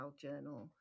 journal